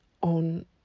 on